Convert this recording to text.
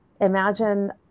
imagine